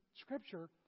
Scripture